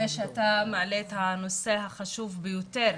שאתה מעלה את הנושא החשוב ביותר,